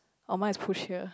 oh my is push here